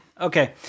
Okay